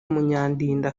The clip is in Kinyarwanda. munyandinda